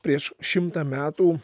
prieš šimtą metų